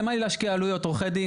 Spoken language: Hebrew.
למה לי להשקיע עלויות: עורכי דין,